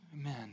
Amen